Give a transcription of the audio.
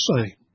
say